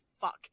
fuck